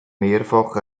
mehrfach